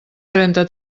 trenta